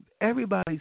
everybody's